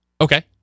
Okay